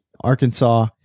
Arkansas